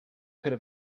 could